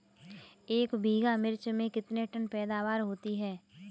एक बीघा मिर्च में कितने टन पैदावार होती है?